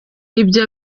ibyo